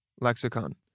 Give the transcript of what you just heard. lexicon